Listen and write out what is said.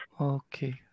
Okay